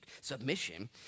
submission